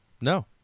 No